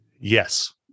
Yes